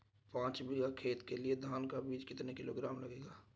पाँच बीघा खेत के लिये धान का बीज कितना किलोग्राम लगेगा?